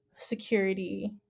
security